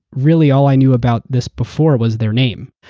really, all i knew about this before was their name.